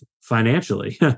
financially